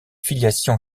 filiation